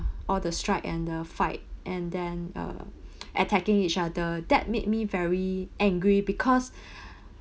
all the strike and the fight and then uh attacking each other that made me very angry because